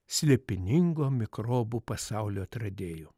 slėpiningo mikrobų pasaulio atradėjų